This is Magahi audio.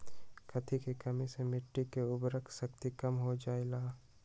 कथी के कमी से मिट्टी के उर्वरक शक्ति कम हो जावेलाई?